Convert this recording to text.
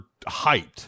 hyped